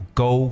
go